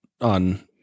on